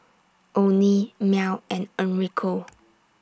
Onie Mell and Enrico